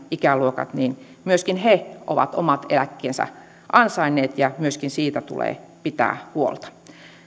ikäluokat myöskin ovat omat eläkkeensä ansainneet ja myöskin niistä tulee pitää huolta